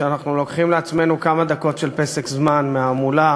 שאנחנו לוקחים לעצמנו כמה דקות של פסק זמן מההמולה